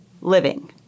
living